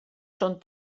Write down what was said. són